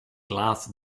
laad